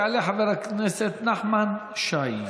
יעלה חבר הכנסת נחמן שי,